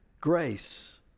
grace